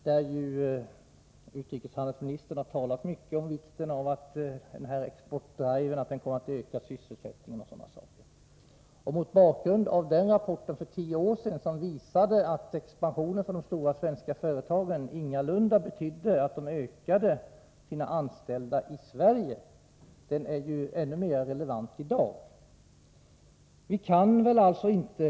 Utrikeshandelsministern har ju talat mycket om vikten av att den pågående exportdriven kommer att öka sysselsättningen. Den för tio år sedan framlagda rapporten, som visade att expansionen för de stora svenska företagen ingalunda betydde att man ökade antalet anställda i Sverige, är ju ännu mer relevant i dag.